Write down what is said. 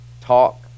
talk